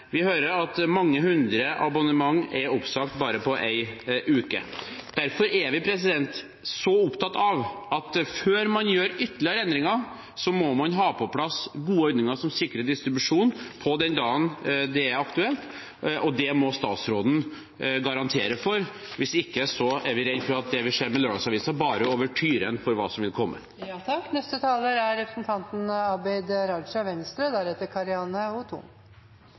Vi hører at mange hundre abonnementer er oppsagt bare på en uke. Derfor er vi så opptatt av at man, før man gjør ytterligere endringer, må ha på plass gode ordninger som sikrer distribusjon på den dagen det er aktuelt, og det må statsråden garantere for. Hvis ikke er vi redd for at det vi ser med lørdagsavisene, bare er ouverturen for hva som vil komme.